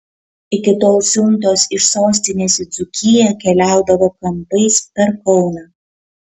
iki tol siuntos iš sostinės į dzūkiją keliaudavo kampais per kauną